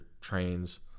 trains